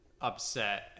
upset